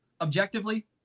Objectively